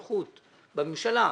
בממשלה,